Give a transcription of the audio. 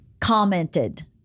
commented